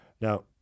now